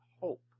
hope